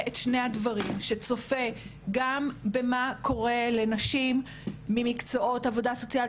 את שני הדברים ושצופה גם במה שקורה לנשים במקצועות עבודה סוציאלית,